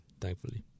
Thankfully